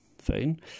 fine